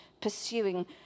pursuing